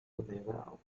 funeral